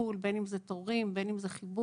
בין אם זה תורים, בין אם זה חיבור,